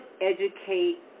educate